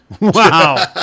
wow